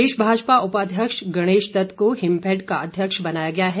प्रदेश भाजपा उपाध्यक्ष गणेश दत्त को हिमफैड का अध्यक्ष बनाया गया है